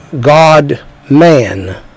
God-man